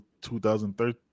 2013